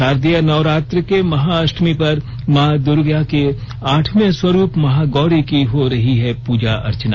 शारदीय नवरात्र के महाअष्टमी पर मां दुर्गा के आठवें स्वरूप महागौरी की हो रही है पूजा अर्चना